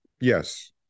Yes